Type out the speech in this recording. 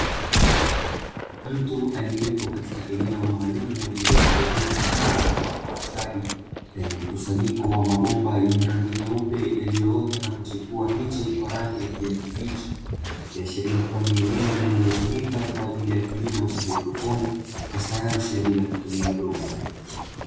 Mtu aliyepo katika eneo maalumu iliyotengenezwa na kuezekwa kwa ustadi wenye mkusanyiko wa mabomba yenye rangi nyeupe, yaliyoota na kuchipua kwa miche ya rangi ya kijani kibichi, ikiashiria kuwa ni eneo linalotumika kwajili ya kilimo cha haidroponi kwa sayansi bila kutumia udongo.